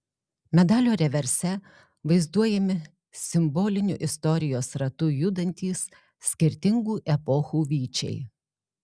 medalio reverse vaizduojami simboliniu istorijos ratu judantys skirtingų epochų vyčiai